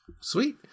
Sweet